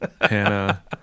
hannah